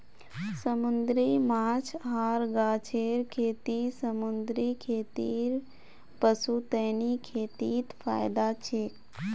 समूंदरी माछ आर गाछेर खेती समूंदरी खेतीर पुश्तैनी खेतीत फयदा छेक